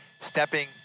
stepping